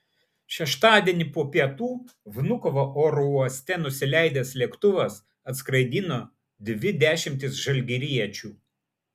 šeštadienį po pietų vnukovo oro uoste nusileidęs lėktuvas atskraidino dvi dešimtis žalgiriečių